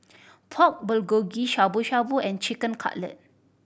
Pork Bulgogi Shabu Shabu and Chicken Cutlet